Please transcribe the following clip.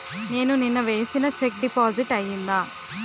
నేను నిన్న వేసిన చెక్ డిపాజిట్ అయిందా?